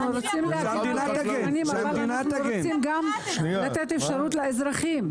אנחנו רוצים להגן על היצרנים אבל אנחנו רוצים גם לתת אפשרות לאזרחים.